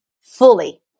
fully